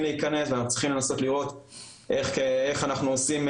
להיכנס ואנחנו צריכים לנסות לראות איך אנחנו עושים,